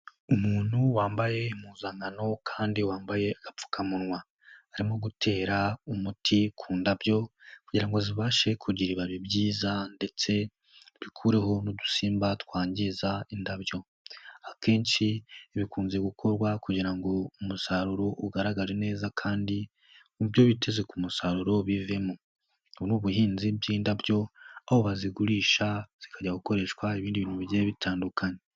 Umuntu wambaye impuzankano kandi wambaye agapfukamunwa, arimo gutera umuti ku ndabyo kugira ngo zibashe kugira ibibi byiza ndetse bikureho n'udusimba twangiza indabyo, akenshi bikunze gukorwa kugira ngo umusaruro ugaragare neza kandi mu byo biteze ku musaruro bivemo n'ubuhinzi by'indabyo, aho bazigurisha zikajya gukoreshwa ibindi bintu bigiye bitandukanye.